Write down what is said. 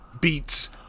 beats